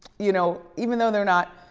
you know, even though they're not